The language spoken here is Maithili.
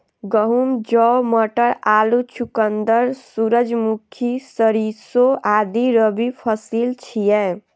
गहूम, जौ, मटर, आलू, चुकंदर, सूरजमुखी, सरिसों आदि रबी फसिल छियै